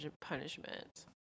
punishment